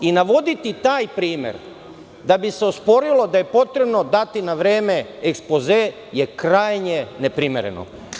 Navoditi taj primer da bi se osporilo da je potrebno dati na vreme ekspoze je krajnje neprimereno.